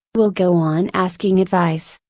will go on asking advice,